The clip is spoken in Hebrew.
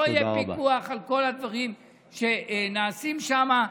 לא יהיה פיקוח על כל הדברים שנעשים שם.